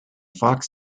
fox